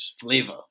flavor